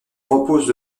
repose